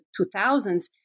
2000s